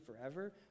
forever